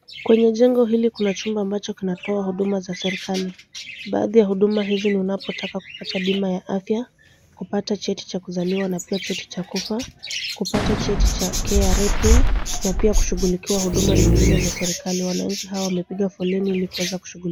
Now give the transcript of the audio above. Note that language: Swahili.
Kwnye jengo hili kuna chumba ambacho kinatoa huduma za serikali, baadhi ya huduma hizi ni unapotaka kupata bima ya afya, kupata cheti cha kuzaliwa na pia cheti cha kufa, kupata cheti cha KRA pin na pia kushughulikiwa huduma nyingine za serikali wananchi hao wamepiga foleni ili kuweza kushughulikia.